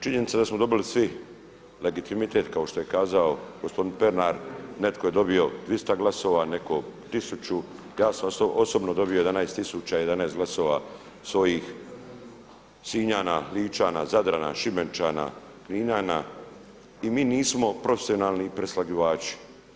Činjenica da smo dobili svi legitimitet kao što je kazao gospodin Pernar neko je dobio 200 glasova, neko tisuću, ja sam osobno dobio 11 tisuća 11 glasova Sinjana, Ličana, Zadrana, Šibenčana, Kninjana i mi nismo profesionalni preslagivači.